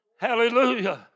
Hallelujah